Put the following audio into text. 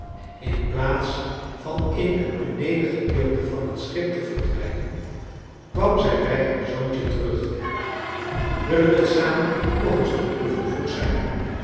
in plaats van in het benedengedeelte van het schip te verdwijnen kwam zij bij haar zoontje terug willen we het samen nog eens beproeven vroeg zij